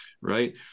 right